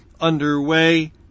Underway